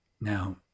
Now